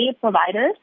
providers